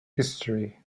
history